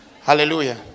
Hallelujah